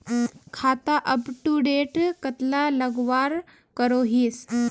खाता अपटूडेट कतला लगवार करोहीस?